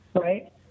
right